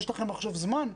יש לכם עכשיו זמן,